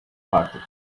party